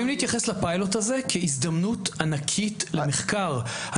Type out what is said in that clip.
חייבים להתייחס לפיילוט הזה כהזדמנות ענקית למחקר.